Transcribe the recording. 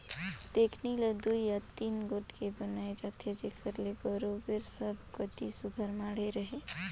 टेकनी ल दुई या तीन गोड़ के बनाए जाथे जेकर ले बरोबेर सब कती सुग्घर माढ़े रहें